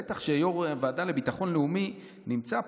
בטח שיו"ר הוועדה לביטחון לאומי נמצא פה,